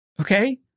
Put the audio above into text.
Okay